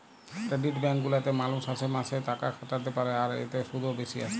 credit bank গুলাতে মালুষ মাসে মাসে তাকাখাটাতে পারে, আর এতে শুধ ও বেশি আসে